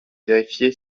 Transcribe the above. vérifié